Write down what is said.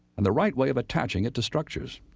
and the right way of attaching it to structures.